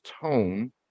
tone